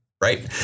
Right